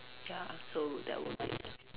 ya so that would be